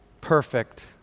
perfect